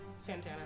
Santana